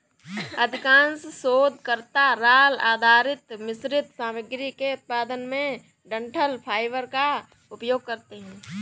अधिकांश शोधकर्ता राल आधारित मिश्रित सामग्री के उत्पादन में डंठल फाइबर का उपयोग करते है